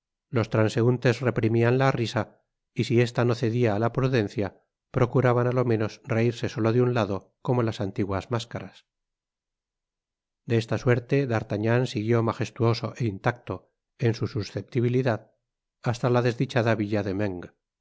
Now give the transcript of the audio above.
los transeuntes reprimían la risa y si esta no cedia á la prudencia procuraban á lo menos reírse solo de un lado como las antiguas máscaras de esta suerte d'artagnan siguió magestuoso é intacto en su susceptibilidad hasta la desdichada villa de meung